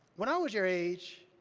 when i was your age,